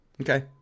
Okay